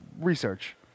research